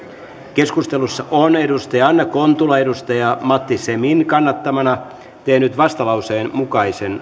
keskustelussa on anna kontula matti semin kannattamana tehnyt vastalauseen kahden mukaisen